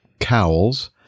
cowls